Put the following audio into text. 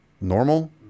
normal